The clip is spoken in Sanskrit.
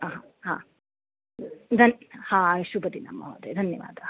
हा हा धन् हा शुभदिनं महोदया धन्यवादाः